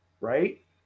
Right